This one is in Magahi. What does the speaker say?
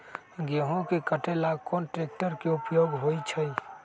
गेंहू के कटे ला कोंन ट्रेक्टर के उपयोग होइ छई?